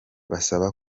basaba